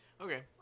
Okay